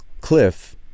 cliff